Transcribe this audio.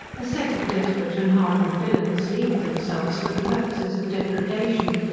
a set of desperate and hardened villains leagued themselves for the purposes of depredation,